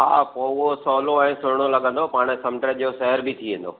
हा पोइ उहो सवलो ऐं सुहिणो लॻंदो पाण समुंड जो सैर बि थी वेंदो